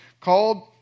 Called